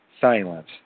Silence